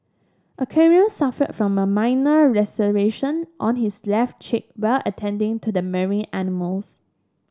aquarium suffered from a minor laceration on his left cheek while attending to the marine animals